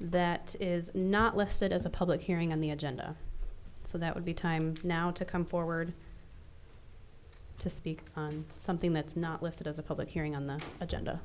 that is not listed as a public hearing on the agenda so that would be time now to come forward to speak on something that's not listed as a public hearing on the agenda